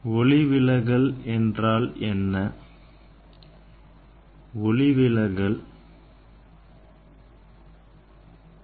ஆடிகள் எதிரொளிப்பு விதிகளை பின்பற்றியது போல் ஒளிவிலகல் விதிகளையும் பின்பற்றும்